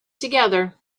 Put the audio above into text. together